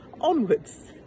onwards